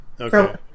Okay